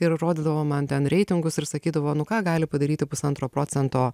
ir rodydavo man ten reitingus ir sakydavo nu ką gali padaryti pusantro procento